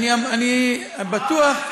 אני בטוח,